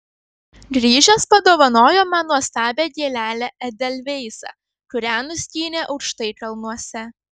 grįžęs padovanojo man nuostabią gėlelę edelveisą kurią nuskynė aukštai kalnuose